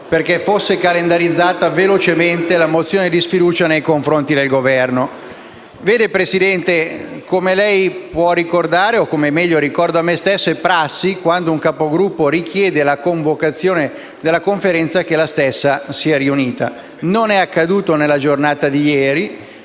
velocemente calendarizzata la mozione di sfiducia nei confronti del Governo. Signora Presidente, come lei può ricordare o come ricordo a me stesso, è prassi, quando un Capogruppo richiede la convocazione della Conferenza, che la stessa sia riunita. Non è accaduto nella giornata di ieri.